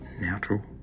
natural